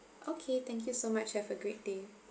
okay thank you so much have a great day